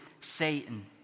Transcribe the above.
satan